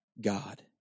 God